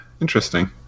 interesting